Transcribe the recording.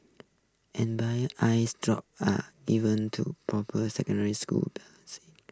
eye drops are given to popper secondary school